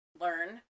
learn